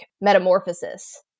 metamorphosis